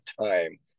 time